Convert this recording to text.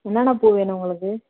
என்னான்ன பூ வேணும் உங்களுக்கு